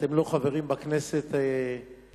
שאתם לא חברים בכנסת הזאת.